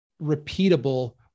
repeatable